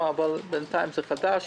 אבל בינתיים זה חדש,